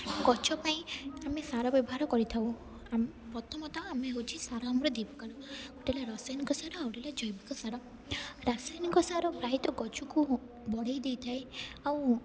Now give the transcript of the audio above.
ଗଛ ପାଇଁ ଆମେ ସାର ବ୍ୟବହାର କରିଥାଉ ପ୍ରଥମତଃ ଆମେ ହେଉଛି ସାର ଆମର ଦୁଇ ପ୍ରକାର ଗୋଟେ ହେଲା ରାସାୟନିକ ସାର ଆଉ ଗୋଟେ ହେଲା ଜୈବିକ ସାର ରାସାୟନିକ ସାର ପ୍ରାୟତଃ ଗଛକୁ ବଢ଼ାଇ ଦେଇଥାଏ ଆଉ